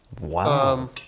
Wow